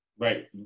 Right